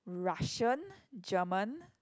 Russian German